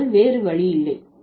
ஆனால் வேறு வழியில்லை